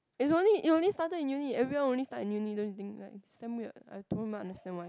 is only it only started in uni everyone only start in uni don't you think like it's damn weird I don't even understand why